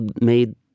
made